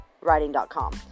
writing.com